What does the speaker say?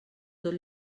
tot